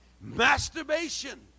masturbation